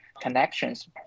connections